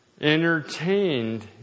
entertained